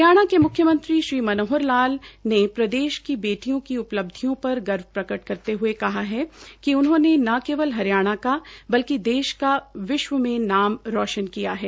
हरियाणा के म्ख्यमंत्री श्री मनोहर लाल ने प्रदेश की बेटियों की उपलब्धियों पर गर्व प्रकट करते हए कहा है कि उन्होंने न केवल हरियाणा का बल्कि देश का विश्व में नाम रोशन किया है